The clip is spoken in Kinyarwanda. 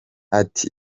ati